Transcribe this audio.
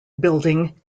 building